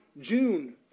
June